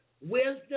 Wisdom